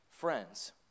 friends